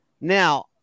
Now